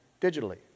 digitally